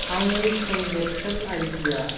आंनि transaction Idea